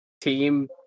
team